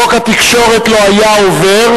חוק התקשורת לא היה עובר,